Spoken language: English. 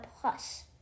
Plus